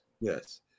Yes